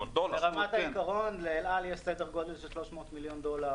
ברמת העיקרון לאל על יש סדר גודל של 300 מיליון דולר